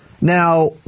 Now